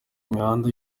imihanda